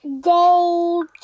gold